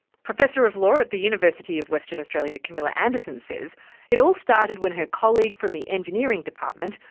professor of law at the university of western australia camilla andersen says it all started when her colleague from the engineering department,